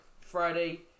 Friday